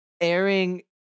airing